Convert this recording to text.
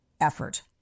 effort